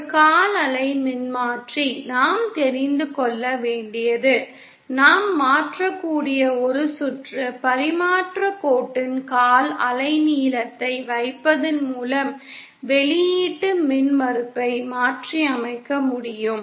ஒரு கால் அலை மின்மாற்றி நாம் தெரிந்து கொள்ள வேண்டியது நாம் மாற்றக்கூடிய ஒரு சுற்று பரிமாற்றக் கோட்டின் கால் அலைநீளத்தை வைப்பதன் மூலம் வெளியீட்டு மின்மறுப்பை மாற்றியமைக்க முடியும்